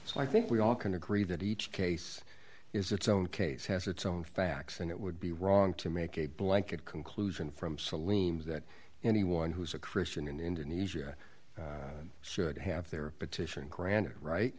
so i think we all can agree that each case is its own case has its own facts and it would be wrong to make a blanket conclusion from salines that anyone who is a christian in indonesia should have their petition